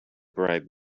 bribe